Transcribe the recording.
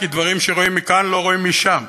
כי דברים שרואים מכאן לא רואים משם,